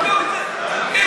אפשר לבדוק את זה.